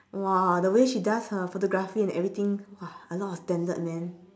!wah! the way she does her photography and everything !wah! a lot of standard man